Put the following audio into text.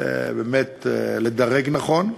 באמת לדרג נכון.